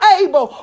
able